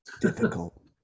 difficult